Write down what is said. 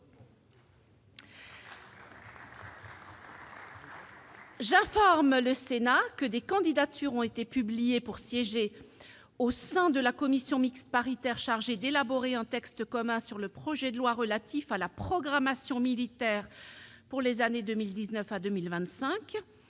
J'informe le Sénat que des candidatures ont été publiées pour siéger au sein de la commission mixte paritaire chargée d'élaborer un texte commun sur le projet de loi relatif à la programmation militaire pour les années 2019 à 2025